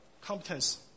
competence